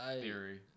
theory